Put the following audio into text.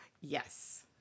Yes